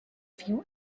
few